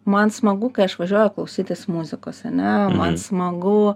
man smagu kai aš važiuoju klausytis muzikos ane smagu